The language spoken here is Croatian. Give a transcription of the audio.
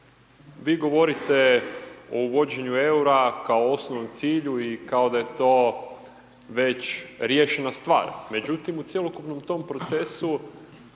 vi govorite o uvođenju eura kao osnovnom cilju i kao da je to već riješena stvar međutim u cjelokupnom tom procesu